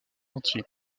entier